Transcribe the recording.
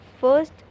first